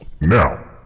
Now